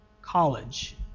college